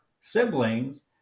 siblings